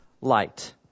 light